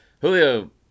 Julio